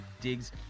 digs